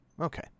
Okay